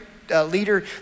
leader